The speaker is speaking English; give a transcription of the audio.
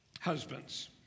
Husbands